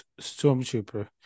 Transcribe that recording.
stormtrooper